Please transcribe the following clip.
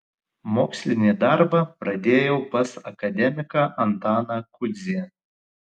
mokslinį darbą pradėjau pas akademiką antaną kudzį